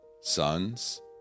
sons